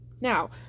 Now